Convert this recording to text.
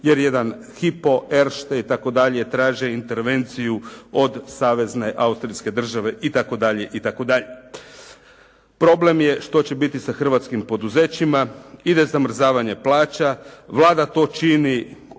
jer jedan Hypo, Erste i tako dalje traže intervenciju od savezne Austrijske države i tako dalje, i tako dalje. Problem je što će biti sa hrvatskim poduzećima, ide zamrzavanje plaća, Vlada to čini